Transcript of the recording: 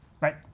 Right